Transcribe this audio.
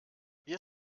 wir